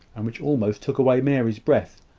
and which almost took away mary's breath,